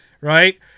right